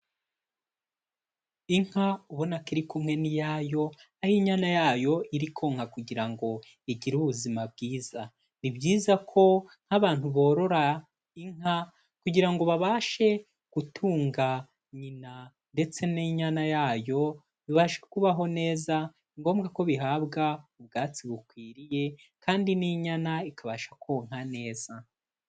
Inka ubona ko iri kumwe n'iyayo aho inyana yayo iri konka kugira ngo igire ubuzima bwiza, ni byiza ko n'abantu borora inka kugira ngo babashe gutunga nyina ndetse n'inyana yayo bibashe kubaho neza. Ni ngombwa ko bihabwa ubwatsi bukwiriye kandi n'inyana ikabasha konka neza.